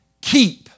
keep